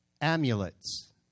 amulets